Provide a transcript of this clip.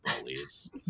bullies